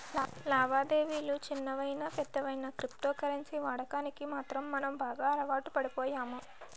లావాదేవిలు చిన్నవయినా పెద్దవయినా క్రిప్టో కరెన్సీ వాడకానికి మాత్రం మనం బాగా అలవాటుపడిపోయాము